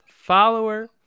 follower